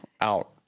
Out